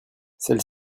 celle